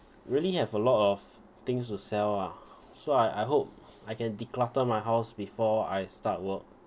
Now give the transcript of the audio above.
really have a lot of things to sell ah so I I hope I can declutter my house before I start work